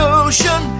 ocean